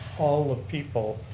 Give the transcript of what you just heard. all the people,